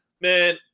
Man